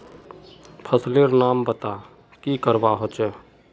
फसल लेर नाम बता की करवा होचे?